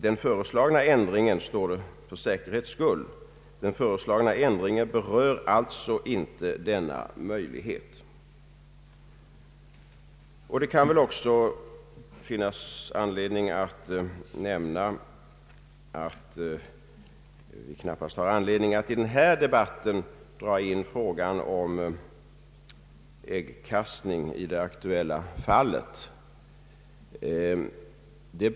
Den föreslagna ändringen, står det för säkerhets skull, berör inte denna möjlighet. Vi har knappast anledning att i denna debatt dra in frågan om äggkastning i det aktuella fallet.